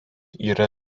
yra